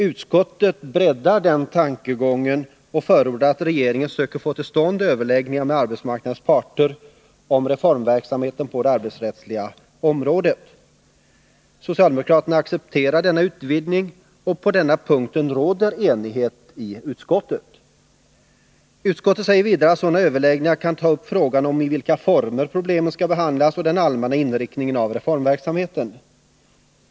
Utskottet breddar den tankegången och förordar att regeringen söker med arbetsmarknadens parter få till stånd överläggningar om reformverksamheten på det arbetsrättsliga området. Socialdemokraterna accepterar denna utvidgning, och på denna punkt råder enighet i utskottet. Utskottet säger vidare att i sådana överläggningar kan tas upp frågan om i vilka former problemen skall behandlas och den allmänna inriktningen av reformverksamheten.